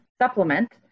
supplement